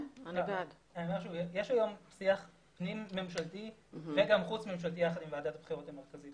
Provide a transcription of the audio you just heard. יש היום שיח פנים ממשלתי וגם חוץ ממשלתי יחד עם ועדת הבחירות המרכזית,